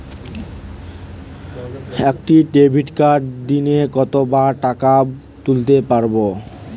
একটি ডেবিটকার্ড দিনে কতবার টাকা তুলতে পারব?